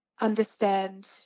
understand